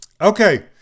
Okay